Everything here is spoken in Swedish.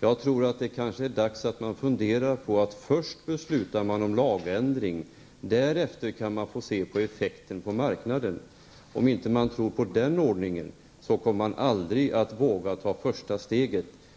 Det är dags för Ny Demokrati att fundera över om det inte är bättre att först fatta beslut om en lagändring och därefter se till effekterna på marknaden. Om man inte tror på den ordningen, då kommer man aldrig att våga ta det första steget.